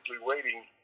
waiting